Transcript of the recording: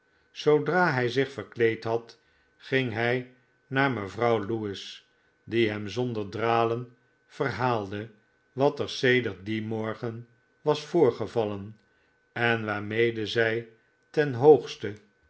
zoodra hij zich verkleed had ging hij naar mevrouw lewis die hem zonder dralen verhaalde wat or sedert dien morgen was voorgevallen en waarmede zij ten hoogste